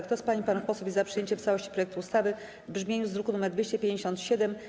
Kto z pań i panów posłów jest za przyjęciem w całości projektu ustawy w brzmieniu z druku nr 257,